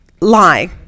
lie